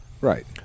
right